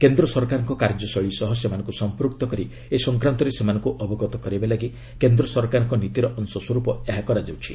କେନ୍ଦ୍ର ସରକାରଙ୍କ କାର୍ଯ୍ୟଶୈଳୀ ସହ ସେମାନଙ୍କୁ ସଂପୃକ୍ତ କରି ଏ ସଂକ୍ରାନ୍ତରେ ସେମାନଙ୍କୁ ଅବଗତ କରାଇବା ଲାଗି କେନ୍ଦ୍ର ସରକାରଙ୍କ ନୀତିର ଅଂଶ ସ୍ୱରୂପ ଏହା କରାଯାଉଛି